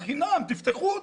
תפתחו אותו.